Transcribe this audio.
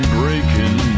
breaking